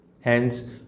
Hence